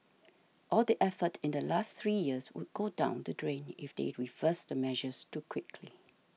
all the effort in the last three years would go down the drain if they refers the measures too quickly